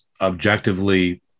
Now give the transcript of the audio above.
objectively